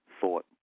thought